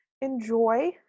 enjoy